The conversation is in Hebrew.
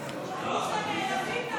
נתקבלה.